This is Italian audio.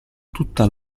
tutta